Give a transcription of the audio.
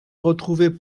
retrouver